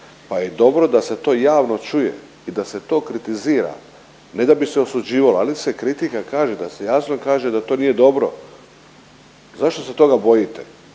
pa je dobro da se to javno čuje i da se to kritizira ne da bi se osuđivalo ali se kritika kaže da se jasno kaže da to nije dobro. Zašto se toga bojite?